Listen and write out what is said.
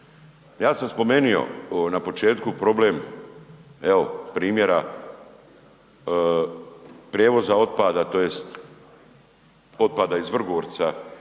Ja sam spomenio na početku problem, evo primjera prijevoza otpada tj. otpada iz Vrgorca